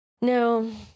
No